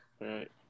right